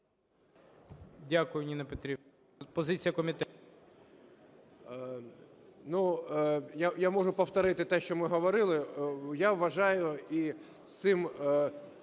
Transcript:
Дякую, Ніна Петрівна. Позиція комітету.